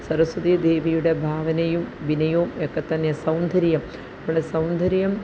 സരസ്വതി ദേവിയുടെ ഭാവനയും വിനയവും ഒക്കെ തന്നെ സൗന്ദര്യം ഇവളുടെ സൗന്ദര്യം